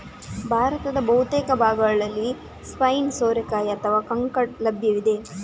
ಭಾರತದ ಬಹುತೇಕ ಭಾಗಗಳಲ್ಲಿ ಸ್ಪೈನಿ ಸೋರೆಕಾಯಿ ಅಥವಾ ಕಂಕಡ ಲಭ್ಯವಿದೆ